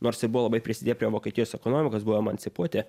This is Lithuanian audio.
nors ir buvo labai prisidėję prie vokietijos ekonomikos buvo emancipuoti